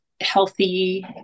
healthy